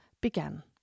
began